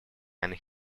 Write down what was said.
and